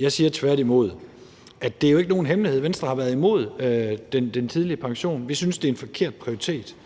Jeg siger tværtimod, at det jo ikke er nogen hemmelighed, at Venstre har været imod den tidlige pension. Vi synes, det er en forkert prioritet.